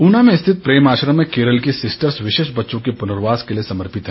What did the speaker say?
ऊना में स्थित प्रेम आश्रम में केरल की सिस्टर्स विशेष बच्चों के पूर्नवास के लिए समर्पित हैं